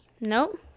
Nope